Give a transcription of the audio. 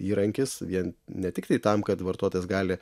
įrankis vien ne tiktai tam kad vartotojas gali